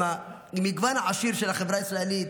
עם המגוון העשיר של החברה הישראלית,